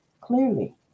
clearly